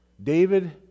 David